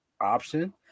option